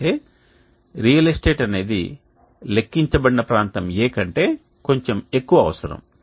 అయితే real estate అనేది లెక్కించబడిన ప్రాంతం A కంటే కొంచెం ఎక్కువ అవసరం